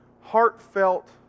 heartfelt